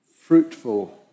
fruitful